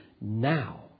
now